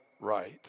right